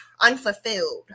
unfulfilled